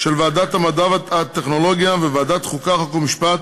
של ועדת המדע והטכנולוגיה וועדת החוקה, חוק ומשפט,